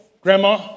grandma